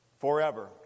Forever